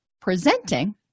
presenting